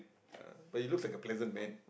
yeah but he looks like a pleasant man